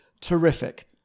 Terrific